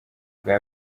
bwa